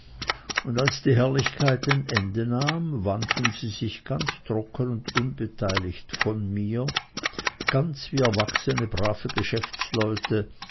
und als die herrlichkeit ein ende nahm wandten sie sich ganz trocken und unbeteiligt von mir ganz wie erwachsene brave geschäftsleute